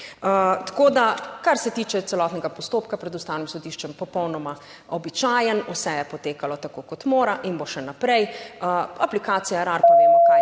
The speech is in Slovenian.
Tako da kar se tiče celotnega postopka pred Ustavnim sodiščem popolnoma običajen. Vse je potekalo tako kot mora in bo še naprej, aplikacije Erar pa vemo, kaj